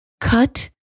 cut